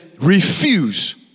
refuse